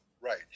Right